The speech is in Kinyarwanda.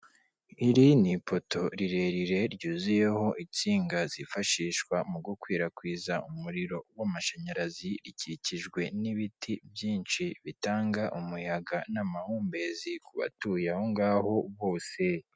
Iri ni ipoto rirerire ryuzuyeho insinga zifashishwa mu gukwirakwiza umuriro w'amashanyarazi, rikikijwe n'ibiti byinshi bitanga umuyaga n'amahumbezi ku batuye aho ngaho bose.